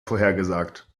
vorhergesagt